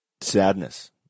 sadness